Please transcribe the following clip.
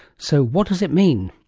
so what does it mean?